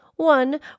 One